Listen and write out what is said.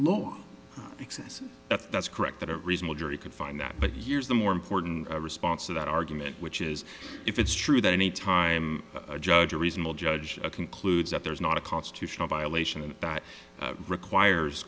if that's correct that a reasonable jury could find that but here's the more important response to that argument which is if it's true that any time a judge or reasonable judge concludes that there is not a constitutional violation and that requires